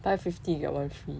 buy fifty you get one free